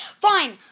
Fine